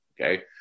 Okay